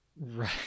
Right